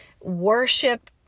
worship